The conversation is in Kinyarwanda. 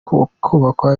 kubakwa